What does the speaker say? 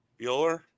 Bueller